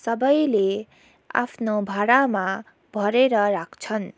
सबैले आफ्नो भाँडामा भरेर राख्छन्